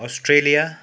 Australia